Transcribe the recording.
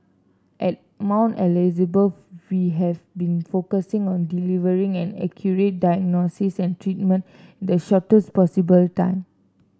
at Mount Elizabeth we have been focusing on delivering an accurate diagnosis and treatment in the shortest possible time